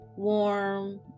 warm